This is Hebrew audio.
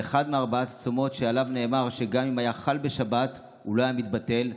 זה אחד מארבעת הצומות שעליו נאמר שגם אם היה חל בשבת הוא לא היה מתבטל.